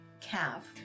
calf